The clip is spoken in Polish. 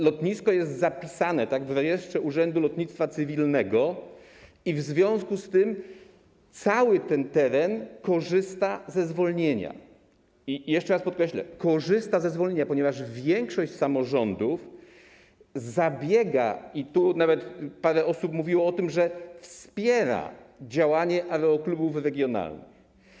Lotnisko jest zapisane w rejestrze Urzędu Lotnictwa Cywilnego i w związku z tym cały ten teren korzysta ze zwolnienia, jeszcze raz podkreślę: korzysta ze zwolnienia, ponieważ większość samorządów o to zabiega i - tu nawet parę osób mówiło o tym - wspiera działanie aeroklubów regionalnych.